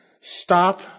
Stop